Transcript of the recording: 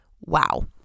Wow